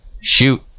Shoot